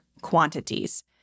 quantities